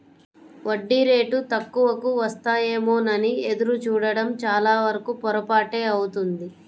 వడ్డీ రేటు తక్కువకు వస్తాయేమోనని ఎదురు చూడడం చాలావరకు పొరపాటే అవుతుంది